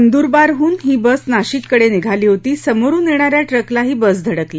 नंदूरबारहून ही बस नाशिककडे निघाली होती समोरुन येणाऱ्या ट्रकला ही बस धडकली